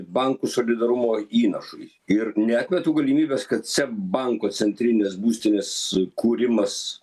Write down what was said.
bankų solidarumo įnašui ir neatmetu galimybės kad seb banko centrinės būstinės kūrimas